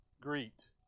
Greet